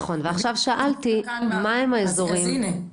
נכון ועכשיו שאלתי מה הם האזורים -- אז הינה,